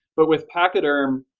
but with pachyderm,